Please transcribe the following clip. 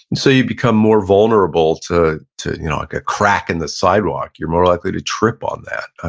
and so you become more vulnerable to to you know like a crack in the sidewalk, you're more likely to trip on that. ah